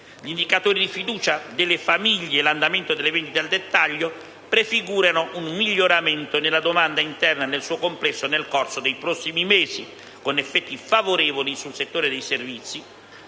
Gli indicatori di fiducia delle famiglie e l'andamento delle vendite al dettaglio prefigurano un miglioramento nella domanda interna nel suo complesso nel corso dei prossimi mesi, con effetti favorevoli sul settore dei servizi.